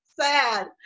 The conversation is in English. sad